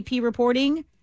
reporting